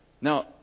Now